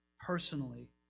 personally